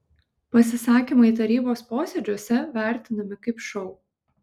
pasisakymai tarybos posėdžiuose vertinami kaip šou